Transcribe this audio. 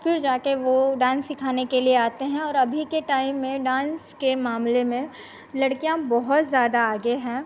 फिर जाकर वह डान्स सिखाने के लिए आते हैं और अभी के टाइम में डान्स के मामले में लड़कियाँ बहुत ज़्यादा आगे हैं